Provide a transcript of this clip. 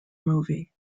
movie